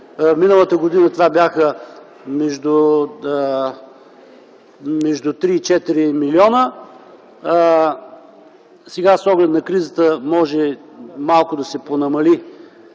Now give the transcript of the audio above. Миналата година това бяха между 3 и 4 млн. лв., сега с оглед на кризата може малко да се понамали